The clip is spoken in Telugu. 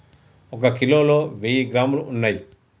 ఒక కిలోలో వెయ్యి గ్రాములు ఉన్నయ్